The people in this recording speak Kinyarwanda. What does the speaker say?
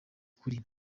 kuri